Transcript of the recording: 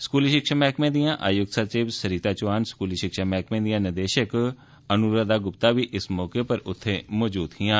स्कूली षिक्षा मैह्कमें दियां आयुक्त सचिव सरिता चौहान स्कूली षिक्षा मैह्कमें दियां निदेषक अनुराधा गुप्ता बी इस मौके उप्पर मजूद हियां